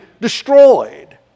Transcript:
destroyed